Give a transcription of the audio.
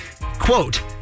quote